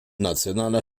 nationaler